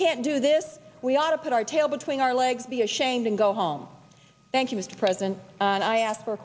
can't do this we ought to put our tail between our legs be ashamed and go home thank you mr president and i ask for